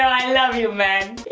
i love you, man.